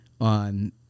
on